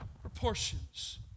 proportions